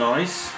Nice